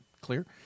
clear